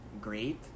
great